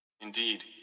Indeed